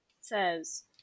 says